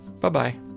Bye-bye